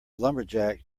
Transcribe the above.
lumberjack